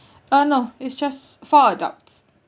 uh no it's just four adults